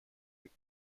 been